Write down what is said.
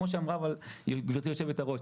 כמו שאמרה גבירתי יושבת הראש,